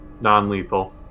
non-lethal